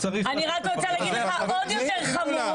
אני יודע אבל איפה?